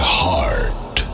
heart